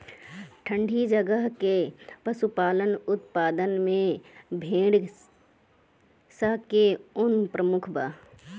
ठंडी जगह के पशुपालन उत्पाद में भेड़ स के ऊन प्रमुख बा